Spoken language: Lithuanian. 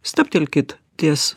stabtelkit ties